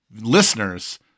listeners